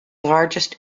largest